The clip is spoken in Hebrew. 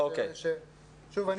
שוב,